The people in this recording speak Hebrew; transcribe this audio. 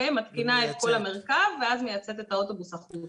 מתקינה את כל המרכב ואז מייצאת את האוטובוס החוצה.